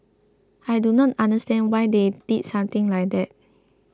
I do not understand why they did something like that